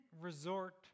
resort